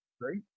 great